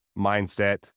mindset